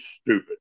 stupid